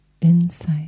insight